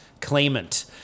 claimant